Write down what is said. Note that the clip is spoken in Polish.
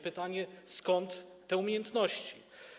Pytanie: Skąd te umiejętności?